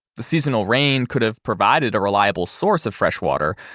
the seasonal rain could have provided a reliable source of fresh water,